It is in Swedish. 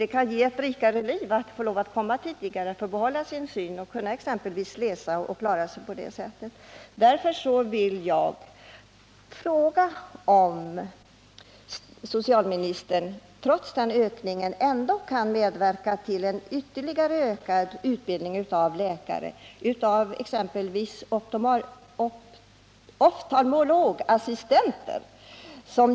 Den som kan komma under behandling i tid och får behålla sin syn får ett rikare liv genom att exempelvis kunna läsa. Trots den ökning av antalet läkare som beräknas ske vill jag fråga statsrådet Lindahl om hon kan medverka till en ytterligare ökning av utbildningen av läkare och att vi exempelvis får ett ökat antal oftalmologassistenter.